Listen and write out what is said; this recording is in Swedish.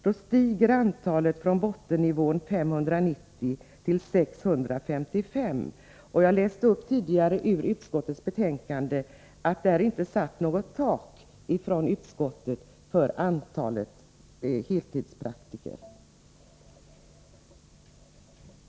Då stiger antalet från bottennivån 590 till 655. Jag läste tidigare upp ur utskottets betänkande att utskottet inte har satt något tak för antalet heltidspraktiker.